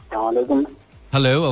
Hello